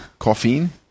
Caffeine